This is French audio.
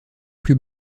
plus